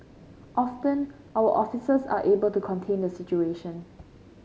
often our officers are able to contain the situation